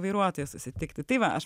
vairuotoją susitikti tai va aš